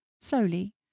slowly